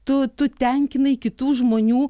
tu tu tenkinai kitų žmonių